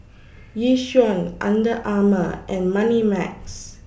Yishion Under Armour and Moneymax